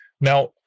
Now